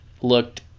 Looked